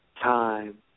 Time